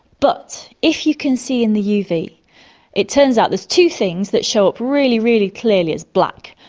but if you can see in the uv it turns out there's two things that show up really, really clearly as black,